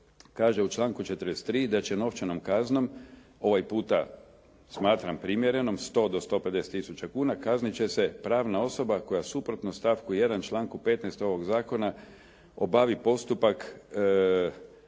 kaže u članku 43. da će novčanom kaznom ovaj puta smatram primjerenom 100 do 150 tisuća kuna kaznit će se pravna osoba koja suprotno stavku 1. članku 15. ovog zakona obavi postupak